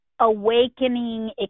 awakening